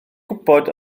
gwybod